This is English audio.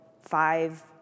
five